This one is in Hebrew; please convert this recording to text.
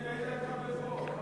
הנה, איתן כבל פה.